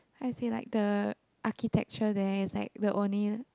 how you say like the architecture there is like the only